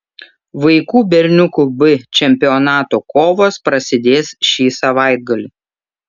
vaikų berniukų b čempionato kovos prasidės šį savaitgalį